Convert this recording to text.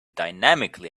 dynamically